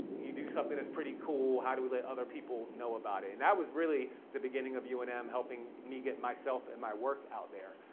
you do something that's pretty cool, how do we let other people know about it. and that was really the beginning of unm and um helping me get myself and my work out there.